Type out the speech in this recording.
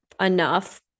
enough